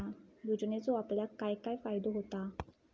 योजनेचो आपल्याक काय काय फायदो होता?